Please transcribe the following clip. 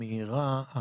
המהירה,